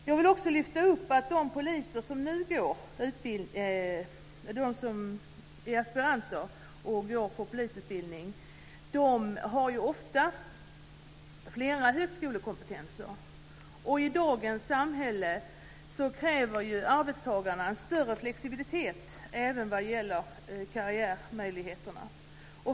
Jag vill också lyfta fram att de som nu är aspiranter och går på polisutbildningen ofta har flera högskolekompetenser. Och i dagens samhälle kräver arbetstagarna en större flexibilitet även vad gäller karriärmöjligheter.